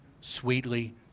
sweetly